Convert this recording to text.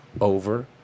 over